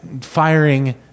firing